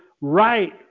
right